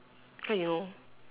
how you know